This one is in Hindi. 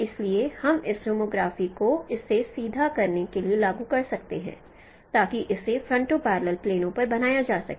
इसलिए हम इस होमोग्राफी को इसे सीधा करने के लिए लागू कर सकते हैं ताकि इसे फरनटो पैरलल प्लेनों पर बनाया जा सके